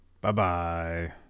Bye-bye